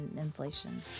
inflation